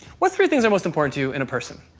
what three things are most important to you in a person?